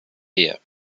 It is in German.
ehe